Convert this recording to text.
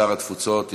שר התפוצות,